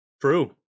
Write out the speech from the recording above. True